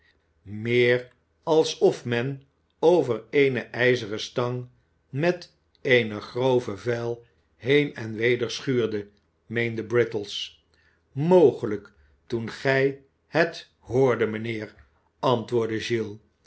meer alsof men over eene ijzeren stang met eene grove vijl heen en weder schuurde meende brittles mogelijk toen gij het hoordet mijnheer antwoordde giles